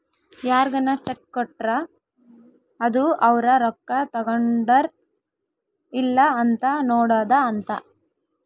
ಯಾರ್ಗನ ಚೆಕ್ ಕೊಟ್ರ ಅದು ಅವ್ರ ರೊಕ್ಕ ತಗೊಂಡರ್ ಇಲ್ಲ ಅಂತ ನೋಡೋದ ಅಂತ